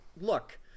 look